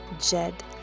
Jed